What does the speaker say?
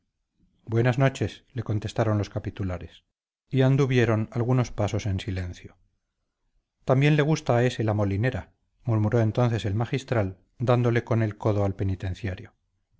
buenas noches le contestaron los capitulares y anduvieron algunos pasos en silencio también le gusta a ése la molinera murmuró entonces el magistral dándole con el codo al penitenciario